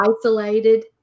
isolated